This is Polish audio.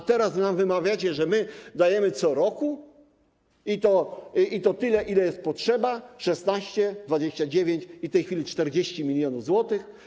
A teraz nam wymawiacie, że my dajemy co roku, i to tyle, ile jest potrzeba, 16, 29 i w tej chwili 40 mln zł?